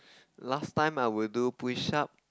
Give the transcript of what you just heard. last time I would do push up